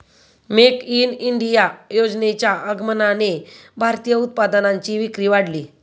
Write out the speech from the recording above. make in India योजनेच्या आगमनाने भारतीय उत्पादनांची विक्री वाढली